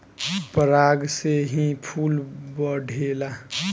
पराग से ही फूल बढ़ेला